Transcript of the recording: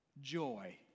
Joy